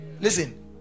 listen